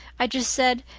i just said,